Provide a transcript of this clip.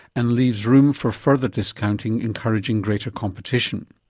and leaves room for further discounting, encouraging greater competition.